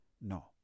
no